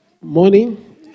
morning